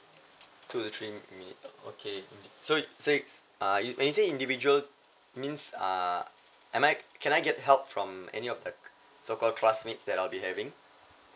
two to three minutes okay so so uh you when you say individual means err am I can I get help from any of the so called classmates that I'll be having